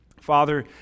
Father